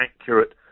accurate